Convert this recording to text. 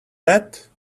that